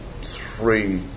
three